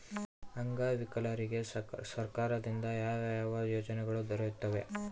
ಅಂಗವಿಕಲರಿಗೆ ಸರ್ಕಾರದಿಂದ ಯಾವ ಯಾವ ಯೋಜನೆಗಳು ದೊರೆಯುತ್ತವೆ?